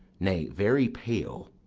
nay, very pale.